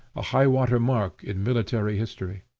a high-water mark in military history.